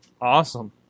Awesome